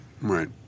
Right